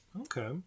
Okay